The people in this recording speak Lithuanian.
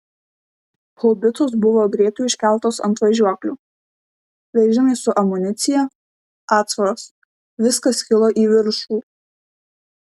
haubicos buvo greitai užkeltos ant važiuoklių vežimai su amunicija atsvaros viskas kilo į viršų